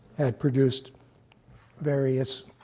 had produced various